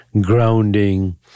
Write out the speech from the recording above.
grounding